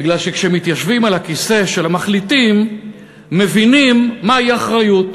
בגלל שכשמתיישבים על הכיסא של המחליטים מבינים מהי אחריות.